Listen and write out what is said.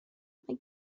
mae